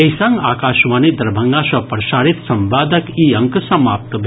एहि संग आकाशवाणी दरभंगा सँ प्रसारित संवादक ई अंक समाप्त भेल